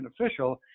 official